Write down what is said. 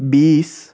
বিছ